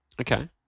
Okay